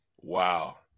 Wow